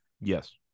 Yes